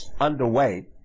underway